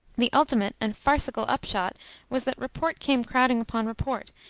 the ultimate and farcical upshot was that report came crowding upon report,